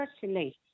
personally